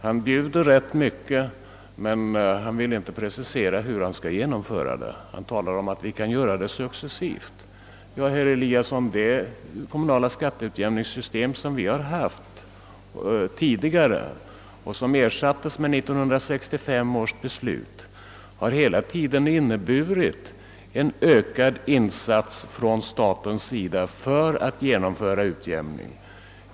Han bjuder rätt mycket men vill inte precisera hur det skall genomföras; han talar om att vi kan göra det successivt. Det kommunala skatteutjämningssystem som vi haft tidigare och som ersattes med den år 1965 beslutade ordningen har hela tiden inneburit en ökad insats från statens sida för att genomföra en utjämning.